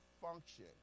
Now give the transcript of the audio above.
function